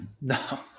No